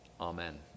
Amen